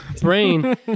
brain